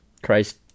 Christ